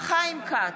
חיים כץ,